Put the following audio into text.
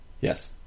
Yes